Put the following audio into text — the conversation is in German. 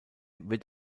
wird